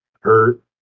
hurt